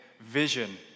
vision